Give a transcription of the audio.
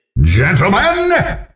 Gentlemen